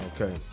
Okay